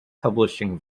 publishing